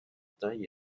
taille